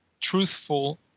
truthful